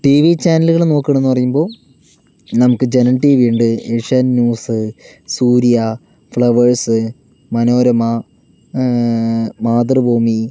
T V ചാനലുകൾ നോക്കണം എന്ന് പറയുമ്പോൾ നമുക്ക് ജനം ടി വി ഉണ്ട് ഏഷ്യാനെറ്റ് ന്യൂസ് സൂര്യ ഫ്ലവേഴ്സ് മനോരമ മാതൃഭൂമി